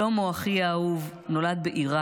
שלמה, אחי האהוב, נולד בעיראק,